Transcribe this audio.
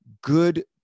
good